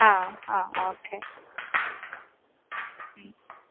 ആ ആ ഓക്കെ